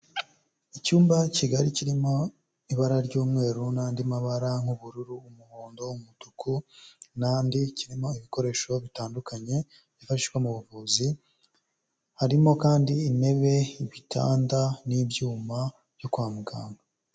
Icyumba kigari kirimo ibara ry'umweru n'andi mabara nk'ubururu, umuhondo, umutuku n'andi, kirimo ibikoresho bitandukanye byifashishwa mu buvuzi, harimo kandi intebe, ibitanda n'ibyuma byo kwa muganga.